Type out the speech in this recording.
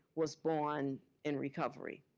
was born in recovery.